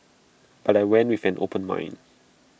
but I went with an open mind